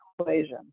equation